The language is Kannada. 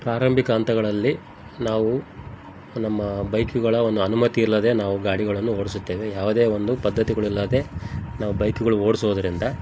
ಪ್ರಾರಂಭಿಕ ಹಂತಗಳಲ್ಲಿ ನಾವು ನಮ್ಮ ಬೈಕ್ಗಳ ಒಂದು ಅನುಮತಿ ಇಲ್ಲದೆ ನಾವು ಗಾಡಿಗಳನ್ನು ಓಡಿಸುತ್ತೇವೆ ಯಾವುದೇ ಒಂದು ಪದ್ಧತಿಗಳು ಇಲ್ಲದೆ ನಾವು ಬೈಕುಗಳು ಓಡಿಸೋದ್ರಿಂದ